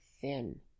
thin